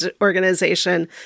organization